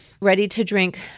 ready-to-drink